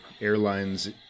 airlines